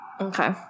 Okay